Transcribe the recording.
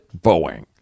Boeing